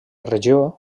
regió